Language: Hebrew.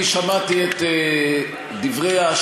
ממה אתם מפחדים?